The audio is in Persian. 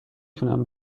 تونم